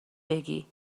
بگی